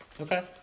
Okay